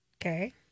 Okay